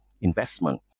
investment